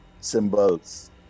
symbols